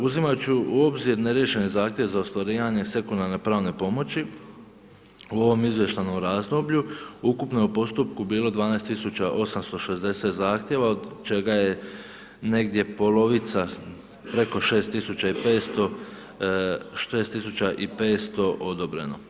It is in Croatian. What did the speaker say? Uzimajući u obzir neriješene zahtjeve za ostvarivanje sekundarne pravne pomoći u ovom izvještajnom razdoblju, ukupno je u postupku bilo 12 860 zahtjeva od čega je negdje polovica preko 6500 odobreno.